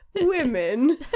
women